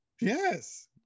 Yes